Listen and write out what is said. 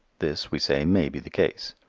this, we say, may be the case.